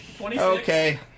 okay